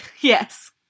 Yes